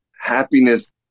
happiness